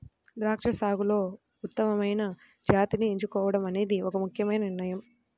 ద్రాక్ష సాగులో ఉత్తమమైన జాతిని ఎంచుకోవడం అనేది ఒక ముఖ్యమైన నిర్ణయం